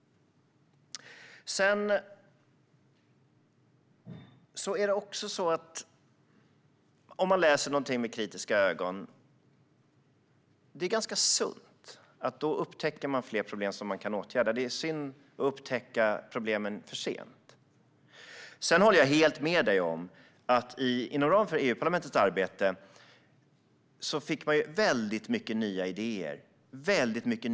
Det är ganska sunt att läsa något med kritiska ögon. Då upptäcker man fler problem som kan åtgärdas. Det är synd om man upptäcker problemen för sent. Sedan håller jag helt med dig om att man inom ramen för EU-parlamentets arbete fick väldigt många nya idéer och tankar.